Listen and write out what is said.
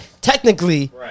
Technically